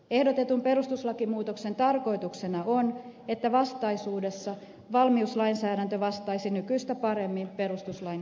ehdotetun perustuslakimuutoksen tarkoituksena on että vastaisuudessa valmiuslainsäädäntö vastaisi nykyistä paremmin perustuslain vaatimuksia